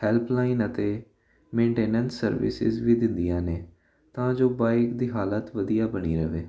helpline ਅਤੇ maintenance services ਵੀ ਦਿੰਦੀਆਂ ਨੇ ਤਾਂ ਜੋ ਬਾਈਕ ਦੀ ਹਾਲਤ ਵਧੀਆ ਬਣੀ ਰਵੇ